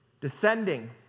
descending